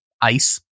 ice